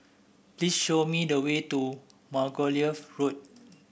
please show me the way to Margoliouth Road